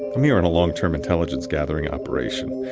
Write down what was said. i'm here in a long term intelligence gathering operation.